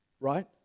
right